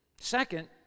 Second